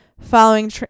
following